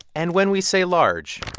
and when we say large.